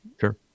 Sure